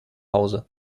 hause